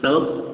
hello